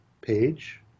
page